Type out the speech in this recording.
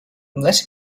letting